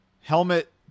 Helmet